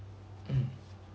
mm